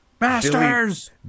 Masters